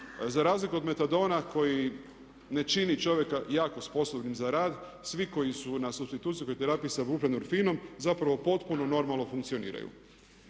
Za razliku od metadona koji ne čini čovjeka jako sposobnim za rad, svi koji su na supstitucijskoj terapiji sa buprenorfinom zapravo potpuno normalno funkcioniraju.